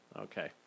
Okay